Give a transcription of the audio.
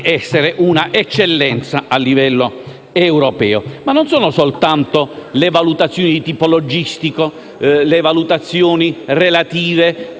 essere un'eccellenza a livello europeo. Ma non ci sono soltanto le valutazioni di tipo logistico e le valutazioni relative